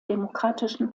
demokratischen